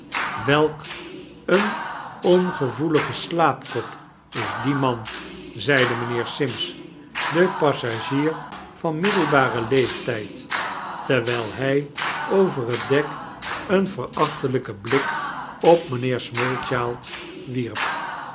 welk een ongevoelige slaapkop is die man zeide mynheer sims de passagier van middelbaren leeftijd terwyl hy over het dek een verachtelyken blik op mijnheer smallchild wierp